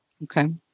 Okay